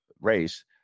race